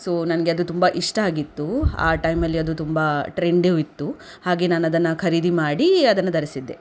so ನನಗೆ ಅದು ತುಂಬ ಇಷ್ಟ ಆಗಿತ್ತು ಆ ಟೈಮಲ್ಲಿ ಅದು ತುಂಬ ಟ್ರೆಂಡು ಇತ್ತು ಹಾಗೆ ನಾನದನ್ನು ಖರೀದಿ ಮಾಡಿ ಅದನ್ನು ಧರಿಸಿದ್ದೆ